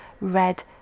red